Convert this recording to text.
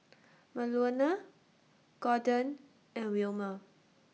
Manuela Gordon and Wilmer